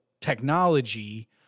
technology